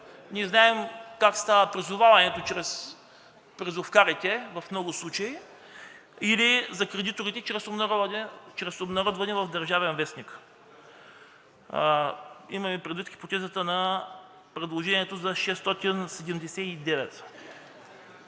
случаи как става призоваването чрез призовкарите, или за кредиторите чрез обнародване в „Държавен вестник“ – имаме предвид хипотезата на предложението за чл.